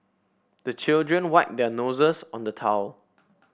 the children wipe their noses on the towel